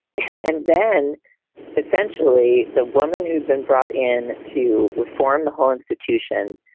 and then essentially the woman who'd been brought in to reform the whole institution,